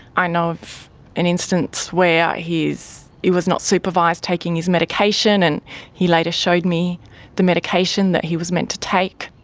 i know of an instance where he was not supervised taking his medication and he later showed me the medication that he was meant to take.